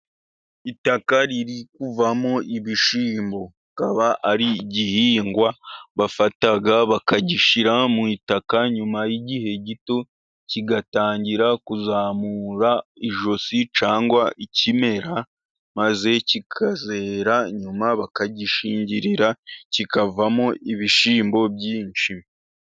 Itaka riri kuvamo ibishyimbo, akaba ari igihingwa bafata bakagishyira mu itaka nyuma y'igihe gito, kigatangira kuzamura ijosi cyangwa ikimera maze kikazera, nyuma bakagishingirira kikavamo ibishyimbo byinshi.